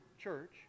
church